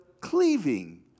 cleaving